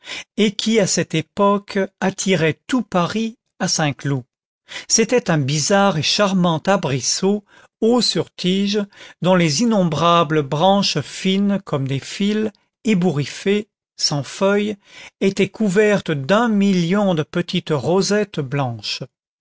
et qui à cette époque attirait tout paris à saint-cloud c'était un bizarre et charmant arbrisseau haut sur tige dont les innombrables branches fines comme des fils ébouriffées sans feuilles étaient couvertes d'un million de petites rosettes blanches